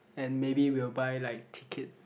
and maybe we will buy like tickets